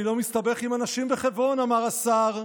אני לא מסתבך עם אנשים בחברון", אמר השר.